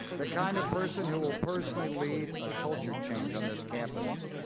but kind of person who will personally lead a culture change on this campus.